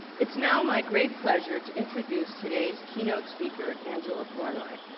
it's now my great pleasure to introduce today's keynote speaker angela flournoy.